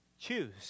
Choose